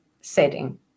setting